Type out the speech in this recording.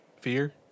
Fear